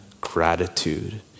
gratitude